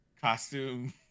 costume